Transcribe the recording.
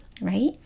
right